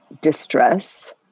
distress